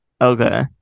Okay